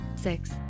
Six